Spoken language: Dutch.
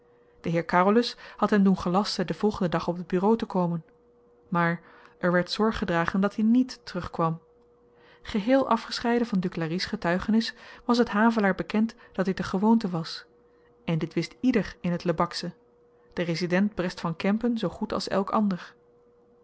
de heer carolus had hem doen gelasten den volgenden dag op t bureau te komen maar er werd zorg gedragen dat-i niet terugkwam geheel afgescheiden van duclari's getuigenis was t havelaar bekend dat dit de gewoonte was en dit wist ieder in t lebaksche de resident brest van kempen zoo goed als elk ander